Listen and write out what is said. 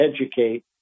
educate